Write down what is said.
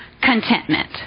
contentment